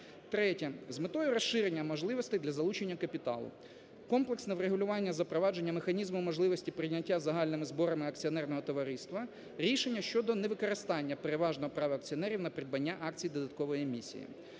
Третє. З метою розширення можливостей для залучення капіталу, комплексне врегулювання запровадження механізму можливості прийняття загальними зборами акціонерного товариства рішення щодо невикористання переважного права акціонерів на придбання акцій додаткової емісії.